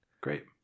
Great